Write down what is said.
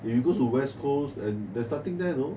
if you go to west coast and the nothing there you know